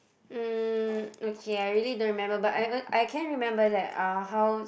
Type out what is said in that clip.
um okay I really don't remember but I on~ I can remember that uh how